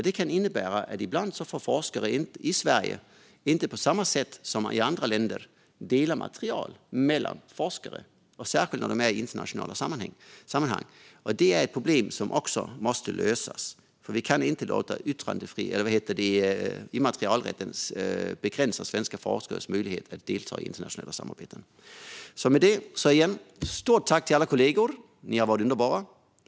Det kan innebära att ibland får forskare i Sverige inte på samma sätt som i andra länder dela material mellan forskare, särskilt i internationella sammanhang. Det är ett problem som också måste lösas. Vi kan inte låta immaterialrätten begränsa svenska forskares möjligheter att delta i internationella samarbeten. Stort tack till alla kollegor. Ni har varit underbara.